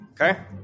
okay